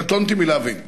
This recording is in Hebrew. קטונתי מלהבין.